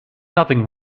nothing